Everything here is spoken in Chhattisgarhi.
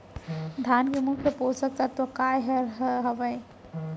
धान के मुख्य पोसक तत्व काय हर हावे?